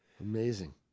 Amazing